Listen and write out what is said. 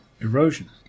erosion